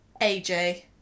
aj